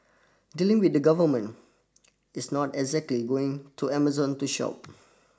dealing with the government is not exactly going to Amazon to shop